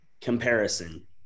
Comparison